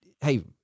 Hey